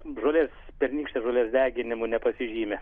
žolės pernykštės žolės deginimu nepasižymi